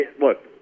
look